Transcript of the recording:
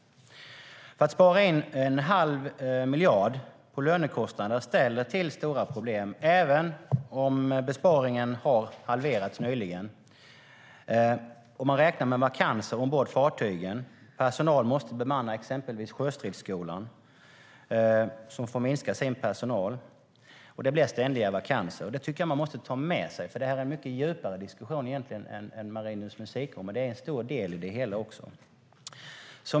Att spara in en halv miljard i lönekostnader ställer nämligen till stora problem, även om besparingen nyligen har halverats. Man räknar med vakanser ombord på fartygen. Personal måste bemanna exempelvis Sjöstridsskolan, som får minska sin personal, och det blir ständiga vakanser. Det tycker jag att man måste ta med sig, för det här är egentligen en mycket djupare diskussion än den om Musikens Musikkår. Den är dock en stor del i det hela.